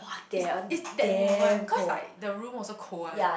it's it's that moment cause like the room also cold one